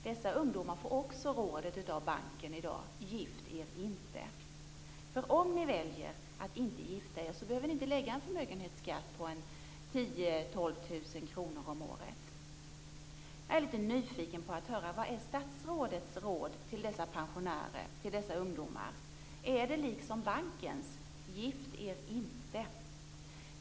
Dessa ungdomar får också rådet av banken i dag: Gift er inte, för om ni väljer att inte gifta er behöver ni inte betala förmögenhetsskatt på 10 000 Jag är lite nyfiken på att höra: Vad är statsrådets råd till dessa pensionärer och till dessa ungdomar? Är det liksom bankens: Gift er inte!